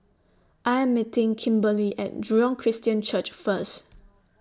I Am meeting Kimberlie At Jurong Christian Church First